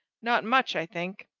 not much, i think.